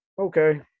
okay